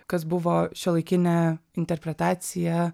kas buvo šiuolaikinė interpretacija